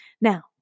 Now